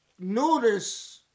notice